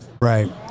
Right